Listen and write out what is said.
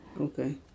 okay